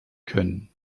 können